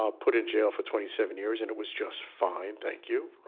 ah put in jail for twenty seven years, and it was just fine, thank you.